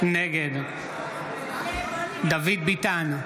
נגד דוד ביטן,